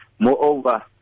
Moreover